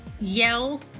yell